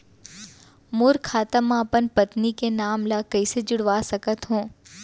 मोर खाता म अपन पत्नी के नाम ल कैसे जुड़वा सकत हो?